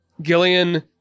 Gillian